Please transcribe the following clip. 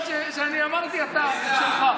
מפרפר אתכם על האצבע.